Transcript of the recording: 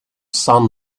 son